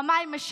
רמאי,